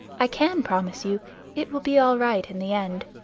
i can promise you it will be all right in the end.